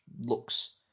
looks